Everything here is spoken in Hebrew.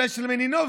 אולי של מלינובסקי,